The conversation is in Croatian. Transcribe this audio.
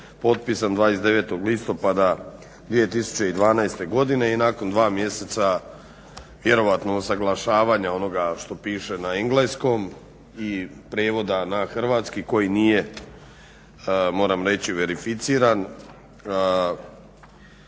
potpisan 29. listopada 2012. godine i nakon dva mjeseca vjerojatno usuglašavanja onoga što piše na engleskom i prijevoda na hrvatski koji nije moram reći verificiran